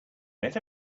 met